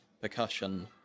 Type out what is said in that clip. percussion